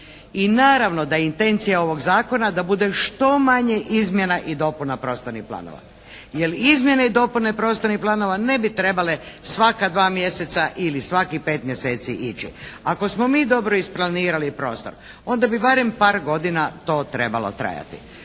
i naravno da je intencija ovog zakona da bude što manje izmjena i dopuna prostornih planova, jer izmjene i dopune prostornih planova ne bi trebale svaka dva mjeseca ili svakih pet mjeseci ići. Ako smo mi dobro isplanirali prostor, onda bi barem par godina to trebalo trajati.